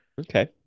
Okay